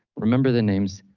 remember the names,